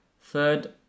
third